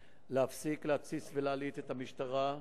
להפסיק להתסיס ולהלהיט את המשטרה,